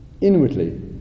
inwardly